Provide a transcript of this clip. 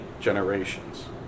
generations